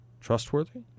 trustworthy